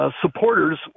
supporters